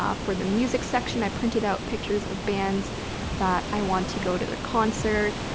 ah for the music section, i printed out pictures of bands that i want to go to their concert.